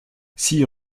six